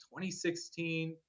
2016